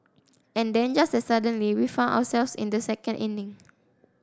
and then just as suddenly we found ourselves in the second inning